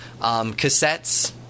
cassettes